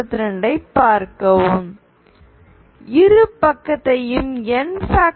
n1 இரு பக்கத்தையும் n